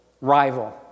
rival